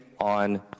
on